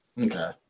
Okay